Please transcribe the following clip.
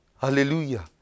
Hallelujah